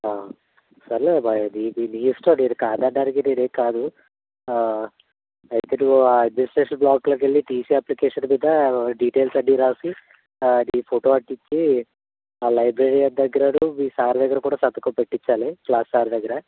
సర్లే అమ్మా ఇది మీ ఇష్టం నేను కాదనడానికి నేనేం కాను అయితే నువ్వు ఆ అడ్మినిస్ట్రేషన్ బ్లాక్లోకి వెళ్ళి టీసీ అప్లికేషన్ మీద డిటెయిల్స్ అన్ని రాసి నీ ఫోటో అంటించి ఆ లైబ్రేరియన్ దగ్గరను మీ సార్ దగ్గర కూడ సంతకం పెట్టిచ్చాలి క్లాస్ సార్ దగ్గర